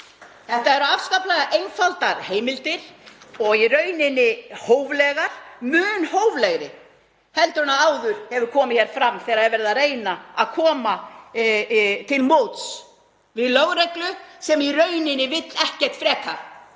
Þetta eru afskaplega einfaldar heimildir og í raun hóflegar, mun hóflegri en áður hefur komið fram þegar verið er að reyna að koma til móts við lögreglu sem í raun vill ekkert frekar